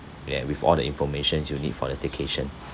and with all the information you need for the staycation